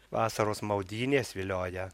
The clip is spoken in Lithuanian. vasaros maudynės vilioja